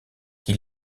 qui